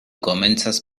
komencas